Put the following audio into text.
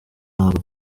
nabwo